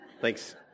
Thanks